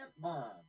Mom